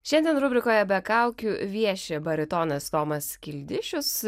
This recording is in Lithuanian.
šiandien rubrikoje be kaukių vieši baritonas tomas kildišius